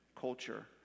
culture